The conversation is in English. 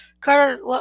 Carter